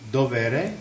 dovere